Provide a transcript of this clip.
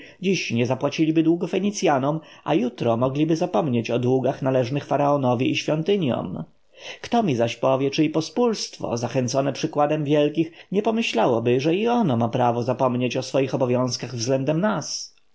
dziś nie zapłaciliby długów fenicjanom a jutro mogliby zapomnieć o długach należnych faraonowi i świątyniom kto mi zaś powie czy i pospólstwo zachęcone przykładem wielkich nie pomyślałoby że i ono ma prawo zapomnieć o swoich obowiązkach względem nas